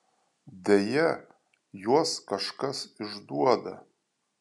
deja juos kažkas išduoda